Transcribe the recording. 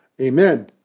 amen